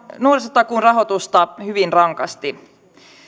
nuorisotakuun rahoitusta hyvin rankasti